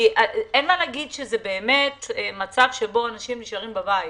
אין מה להגיד שזה מצב שבו אנשים נשארים בבית,